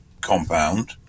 compound